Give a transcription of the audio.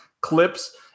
clips